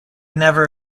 never